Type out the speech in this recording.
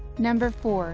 number four